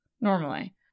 normally